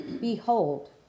behold